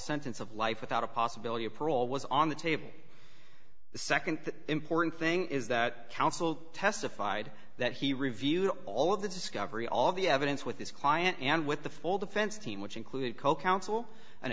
sentence of life without a possibility of parole was on the table the nd important thing is that counsel testified that he reviewed all of the discovery all the evidence with his client and with the full defense team which included co counsel an